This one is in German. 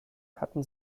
hatten